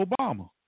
Obama